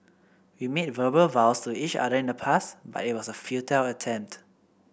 we made verbal vows to each other in the past but it was a futile attempt